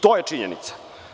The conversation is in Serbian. To je činjenica.